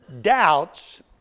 Doubts